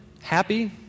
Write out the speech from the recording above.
happy